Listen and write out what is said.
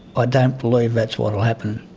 ah don't believe that's what'll happen.